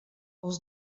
els